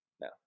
No